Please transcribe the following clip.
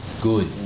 good